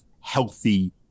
healthy